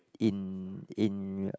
in in